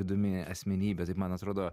įdomi asmenybė taip man atrodo